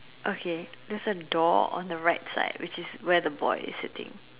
okay there's a dog on the right side which is where the boy is sitting